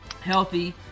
healthy